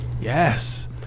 yes